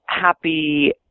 happy